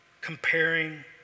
comparing